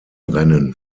rennen